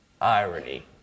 Irony